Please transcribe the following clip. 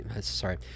Sorry